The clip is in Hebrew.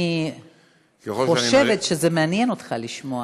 אני חושבת שזה מעניין אותך לשמוע.